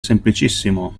semplicissimo